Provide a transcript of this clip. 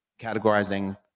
categorizing